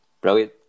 Brilliant